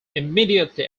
immediately